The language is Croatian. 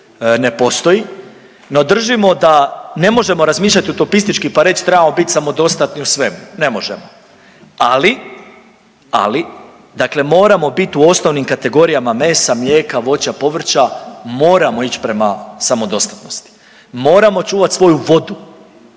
ne postoji, no držimo da ne možemo razmišljati utopistički pa reć trebamo biti samodostatni u svemu, ne možemo. Ali, ali dakle moramo biti u osnovnim kategorijama mesa, mlijeka, voća, povrća moramo ić prema samodostatnosti. Moramo čuvati svoju vodu